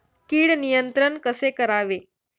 कीड नियंत्रण कसे करावे?